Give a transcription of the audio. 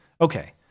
Okay